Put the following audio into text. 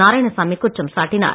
நாராயணசாமி குற்றம் சாட்டினார்